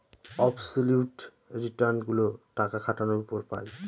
absolute return গুলো টাকা খাটানোর উপর পাই